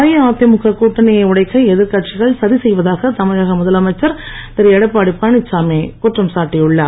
அஇஅதிமுக கூட்டணியை உடைக்க எதிர்கட்சிகள் சதிசெய்வதாக தமிழக முதலமைச்சர் எடப்பாடி திரு பழனிசாமி குற்றம் சாட்டியுள்ளார்